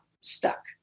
stuck